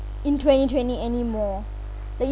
in twenty twenty anymore